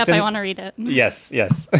i want to read it. yes. yes.